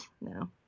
No